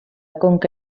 conca